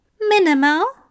Minimal